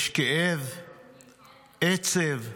יש כאב, עצב,